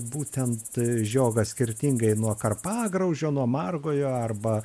būtent žiogas skirtingai nuo karpagraužio nuo margojo arba